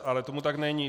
Ale tomu tak není.